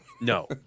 No